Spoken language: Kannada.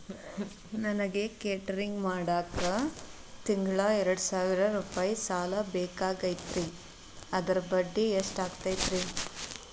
ನನಗ ಕೇಟರಿಂಗ್ ಮಾಡಾಕ್ ತಿಂಗಳಾ ಎರಡು ಸಾವಿರ ರೂಪಾಯಿ ಸಾಲ ಬೇಕಾಗೈತರಿ ಅದರ ಬಡ್ಡಿ ಎಷ್ಟ ಆಗತೈತ್ರಿ?